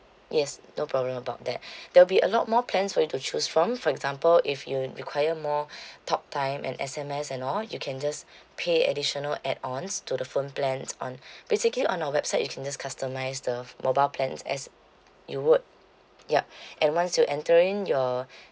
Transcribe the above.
yes no problem about that there will be a lot more plans for you to choose from for example if you require more talk time and S_M_S and all you can just pay additional add ons to the phone plans on basically on our website you can just customise the mobile plan as you would yup and once you enter in your